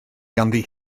ganddi